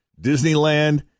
Disneyland